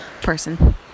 person